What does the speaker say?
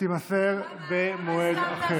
תימסר במועד אחר.